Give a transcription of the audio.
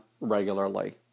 regularly